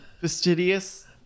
fastidious